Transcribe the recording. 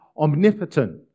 omnipotent